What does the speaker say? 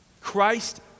christ